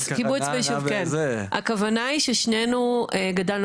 הכוונה היא ששנינו גדלנו,